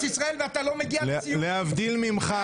ישראל ואתה לא מגיע לסיורים --- להבדיל ממך,